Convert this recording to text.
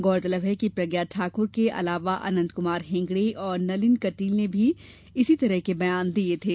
गौरतलब है कि प्रज्ञा ठाकुर के अलावा अनंत कुमार हेगड़े और नलिन कटील ने भी इसी तरह के बयान दिये थे